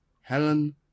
helen